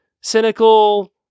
cynical